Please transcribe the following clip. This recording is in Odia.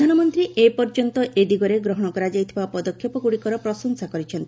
ପ୍ରଧାନମନ୍ତ୍ରୀ ଏ ପର୍ଯ୍ୟନ୍ତ ଏ ଦିଗରେ ଗ୍ରହଣ କରାଯାଇଥିବା ପଦକ୍ଷେପଗୁଡ଼ିକର ପ୍ରଶଂସା କରିଛନ୍ତି